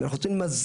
נעים מאוד.